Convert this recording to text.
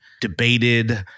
debated